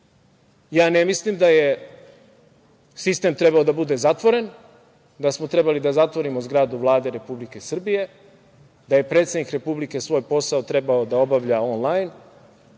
mislim da je sistem trebalo da bude zatvoren, da je trebalo da zatvorimo zgradu Vlade Republike Srbije, da je predsednik Republike svoj posao trebalo da obavlja onlajn,